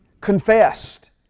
confessed